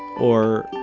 or,